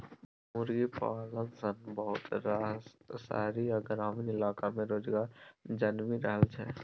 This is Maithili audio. मुर्गी पालन सँ बहुत रास शहरी आ ग्रामीण इलाका में रोजगार जनमि रहल छै